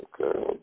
Okay